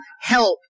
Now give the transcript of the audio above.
help